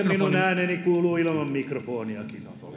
minun ääneni kuuluu ilman mikrofoniakin